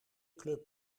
club